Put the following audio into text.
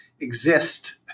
exist